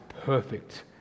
perfect